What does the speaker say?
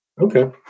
Okay